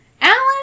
Alan